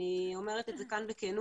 אני אומרת את זה כאן בכנות,